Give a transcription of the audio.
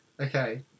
Okay